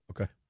Okay